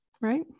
right